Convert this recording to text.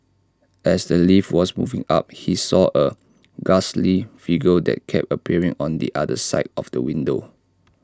as the lift was moving up he saw A ghastly figure that kept appearing on the other side of the window